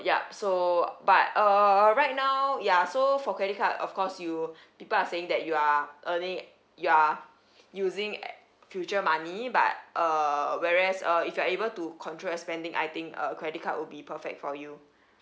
yup so but uh right now ya so for credit card of course you people are saying that you are earning you are using uh future money but uh whereas uh if you're able to control your spending I think a credit card will be perfect for you